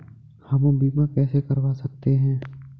हम बीमा कैसे करवा सकते हैं?